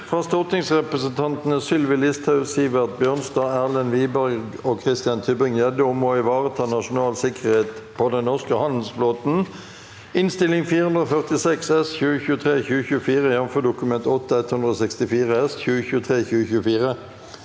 fra stortingsrepresentantene Sylvi Listhaug, Sivert Bjørnstad, Erlend Wiborg og Christian TybringGjedde om å ivareta nasjonal sikkerhet på den norske handelsflåten (Innst. 446 S (2023–2024), jf. Dokument 8:164 S (2023–2024))